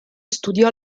studiò